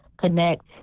connect